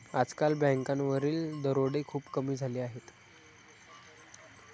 आजकाल बँकांवरील दरोडे खूप कमी झाले आहेत